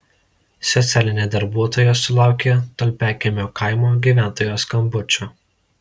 socialinė darbuotoja sulaukė tulpiakiemio kaimo gyventojos skambučio